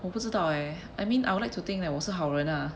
我不知道 eh I mean I will like to think 我是好人啦